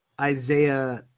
Isaiah